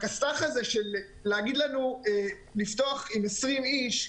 הכסת"ח הזה לפתוח עם 20 איש,